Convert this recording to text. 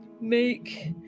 make